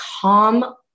calm